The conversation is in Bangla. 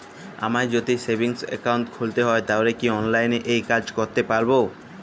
আমায় যদি সেভিংস অ্যাকাউন্ট খুলতে হয় তাহলে কি অনলাইনে এই কাজ করতে পারবো?